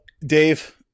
dave